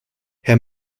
herr